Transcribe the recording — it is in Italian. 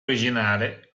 originale